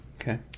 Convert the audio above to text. Okay